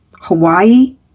Hawaii